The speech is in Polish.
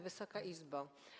Wysoka Izbo!